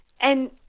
And-